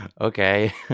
Okay